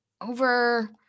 over